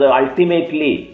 ultimately